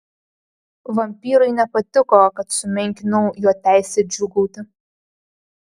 vampyrui nepatiko kad sumenkinau jo teisę džiūgauti